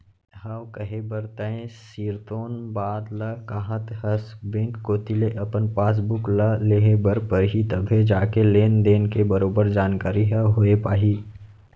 हव कहे बर तैं सिरतोन बात ल काहत हस बेंक कोती ले अपन पासबुक ल लेहे बर परही तभे जाके लेन देन के बरोबर जानकारी ह होय पाही